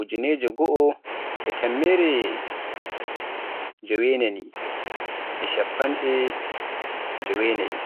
ujinere goo re tammere jewenaayi e shappande naayi.